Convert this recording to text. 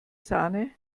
sahne